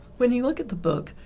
when you look at the book,